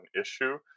issue